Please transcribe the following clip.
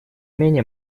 менее